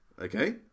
Okay